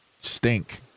stink